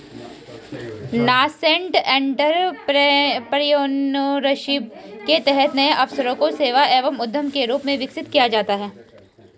nascent entrepreneurship के तहत नए अवसरों को सेवा एवं उद्यम के रूप में विकसित किया जाता है